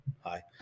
Hi